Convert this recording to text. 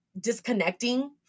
disconnecting